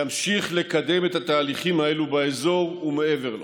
ימשיך לקדם את התהליכים האלה באזור ומעבר לו.